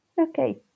Okay